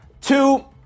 Two